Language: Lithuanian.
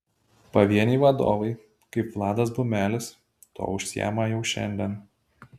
pavieniai vadovai kaip vladas bumelis tuo užsiima jau šiandien